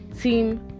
Team